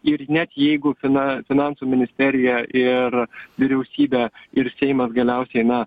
ir net jeigu fina finansų ministerija ir vyriausybė ir seimas galiausiai na